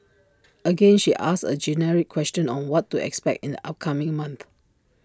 again she asks A generic question on what to expect in the upcoming month